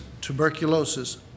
tuberculosis